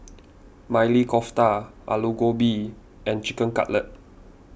Maili Kofta Alu Gobi and Chicken Cutlet